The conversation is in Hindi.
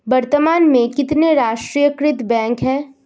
वर्तमान में कितने राष्ट्रीयकृत बैंक है?